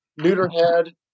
Neuterhead